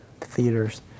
theaters